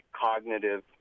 cognitive